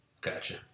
Gotcha